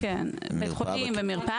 כי בדיקת הפעולות לצורך ההרשאה נעשתה על ידי רופא